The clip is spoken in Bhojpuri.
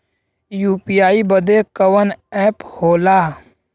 यू.पी.आई बदे कवन ऐप होला?